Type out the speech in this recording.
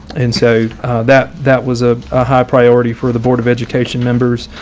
and so that that was ah a high priority for the board of education members,